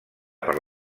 per